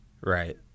Right